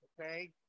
okay